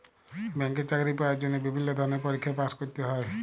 ব্যাংকে চাকরি পাওয়ার জন্হে বিভিল্য ধরলের পরীক্ষায় পাস্ ক্যরতে হ্যয়